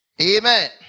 Amen